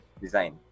design